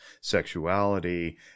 sexuality